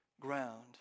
ground